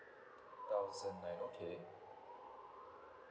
thousand nine okay